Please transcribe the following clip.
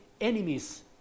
enemies